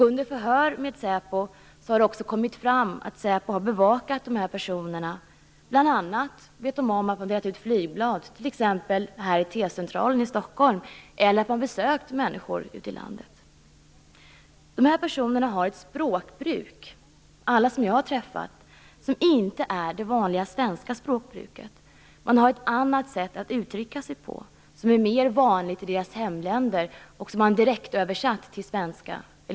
Under säpos förhör har det också kommit fram att säpo har bevakat dessa personer. Bl.a. vet säpo om att de har delat ut flygblad, t.ex. vid T-centralen här i Stockholm, eller att de har besökt människor ute i landet. Dessa personer har ett språkbruk - alla som jag har träffat - som inte är det vanliga svenska språkbruket. De har ett annat sätt att uttrycka sig, som är mer vanligt i deras hemländer och som de har direktöversatt till svenska.